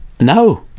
no